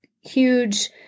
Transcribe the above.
huge